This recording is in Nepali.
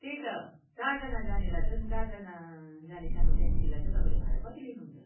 त्यही त चारजना जानेलाई चाहिँ चारजना जाने सानो ट्याक्सीलाई चाहिँ तपाईँले भाडा कति लिनुहुन्छ